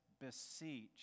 beseech